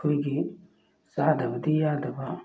ꯑꯩꯈꯣꯏꯒꯤ ꯆꯥꯗꯕꯗꯤ ꯌꯥꯗꯕ